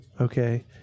Okay